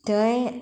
थंय